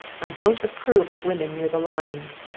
i don't approve of women near the lines.